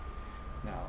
now